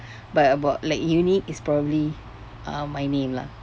but about like unique is probably uh my name lah